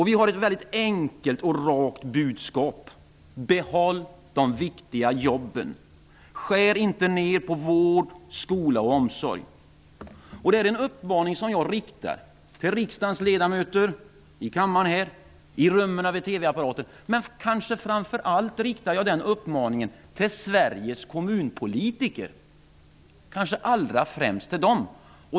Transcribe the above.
Vi har ett mycket enkelt och rakt budskap: Behåll de viktiga jobben! Skär inte ned på vård, skola och omsorg! Detta är en uppmaning som jag riktar till riksdagens ledamöter i kammaren och i rummen framför TV-apparaterna. Kanske riktar jag uppmaningen allra främst till Sveriges kommunpolitiker.